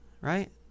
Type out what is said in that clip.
right